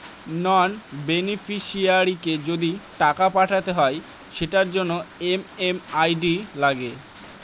নন বেনিফিশিয়ারিকে যদি টাকা পাঠাতে হয় সেটার জন্য এম.এম.আই.ডি লাগে